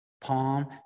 palm